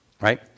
right